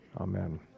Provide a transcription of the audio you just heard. Amen